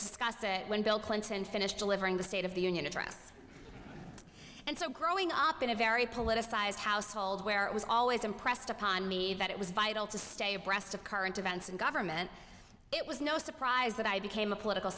discuss it when bill clinton finished delivering the state of the union address and so growing up in a very politicized household where it was always impressed upon me that it was vital to stay abreast of current events and government it was no surprise that i became a political